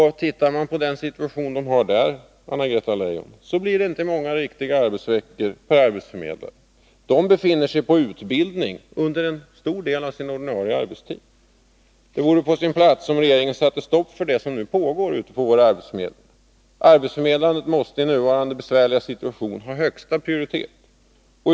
Studerar man situationen där, Anna-Greta Leijon, finner man att det inte blir många riktiga arbetsveckor per arbetsförmedlare. Dessa befinner sig på utbildning under en stor del av sin ordinarie arbetstid. Det vore på sin plats att regeringen satte stopp för det som nu pågår ute på våra arbetsförmedlingar. Arbetsförmedlandet måste i nuvarande besvärliga situation ha högsta prioritet.